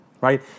right